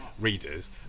readers